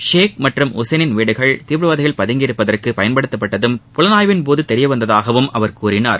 ஷேக் மற்றும் உசைனின் வீடுகள் தீவிரவாதிகள் பதுங்கி இருப்பதற்கும் பயன்படுத்தப்பட்டதும் புலனாய்வின் போது தெரியவந்ததாகவும் அவர் கூறினார்